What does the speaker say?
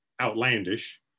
outlandish